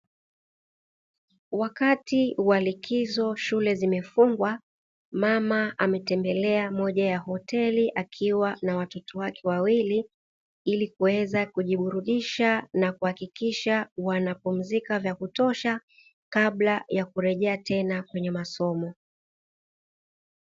Wakati wa likizo shule zimefungwa mama ametembelea moja ya hoteli akiwa na watoto wake wawili, ili kuweza kujiburudisha na kuhakikisha wanapumzika vya kutosha kabla ya kurejea tena kwenye masomo.